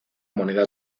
moneda